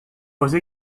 pose